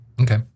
Okay